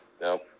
no